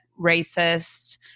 racist